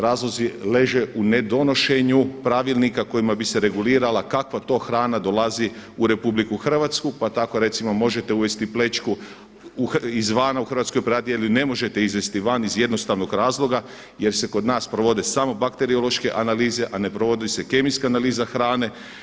Razlozi leže u ne donošenju pravilnika kojima bi se regulirala kakva to hrana dolazi u RH, pa tak recimo možete uvesti plećku izvana u Hrvatsku … ne možete izvesti van iz jednostavnog razloga jer se kod nas provode samo bakteriološke analize, a ne providi se kemijska analiza hrane.